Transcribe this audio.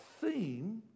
theme